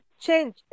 change